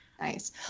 nice